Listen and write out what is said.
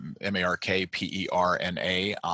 M-A-R-K-P-E-R-N-A